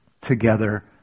together